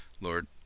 Lord